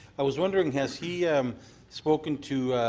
i was wondering, has he spoken to